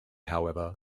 however